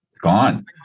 Gone